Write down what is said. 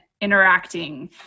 interacting